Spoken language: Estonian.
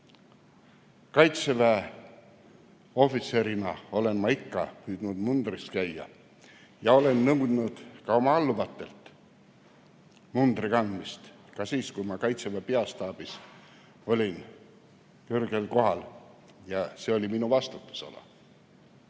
Kaitseväe ohvitserina olen ma ikka püüdnud mundris käia ja olen nõudnud ka oma alluvatelt mundri kandmist ka siis, kui ma Kaitseväe peastaabis olin kõrgel kohal ja see oli minu vastutusala.